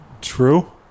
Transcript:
True